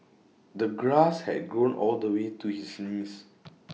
the grass had grown all the way to his knees